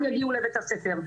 כולם יגיעו לבית הספר.